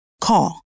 Call